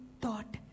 thought